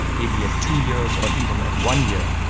maybe at two years or even at one year,